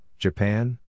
Japan